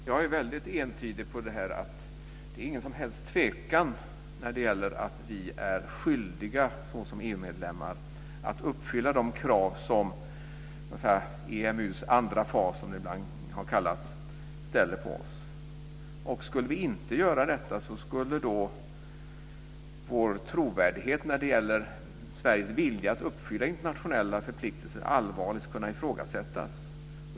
Fru talman! Jag är väldigt entydig på den här punkten. Det är ingen som helst tvekan om att vi är skyldiga som EU-medlemmar att uppfylla de krav som EMU:s andra fas, som det ibland har kallats, ställer på oss. Skulle vi inte göra detta skulle vår trovärdighet när det gäller Sveriges vilja att uppfylla internationella förpliktelser allvarligt kunna ifrågasättas.